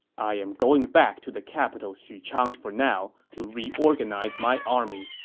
i am going back to the capital xuchang for now to reorganize my army.